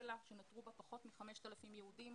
בוונצואלה שנותרו בה פחות מ-5,000 יהודים,